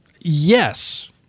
Yes